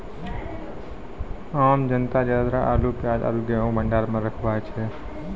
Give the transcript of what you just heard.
आम जनता ज्यादातर आलू, प्याज आरो गेंहूँ भंडार मॅ रखवाय छै